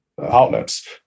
outlets